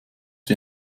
wie